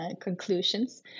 conclusions